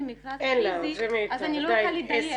את המכרז פיזית אז אני לא יכולה לדייק.